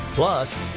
plus.